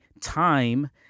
time